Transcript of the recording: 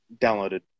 downloaded